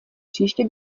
příště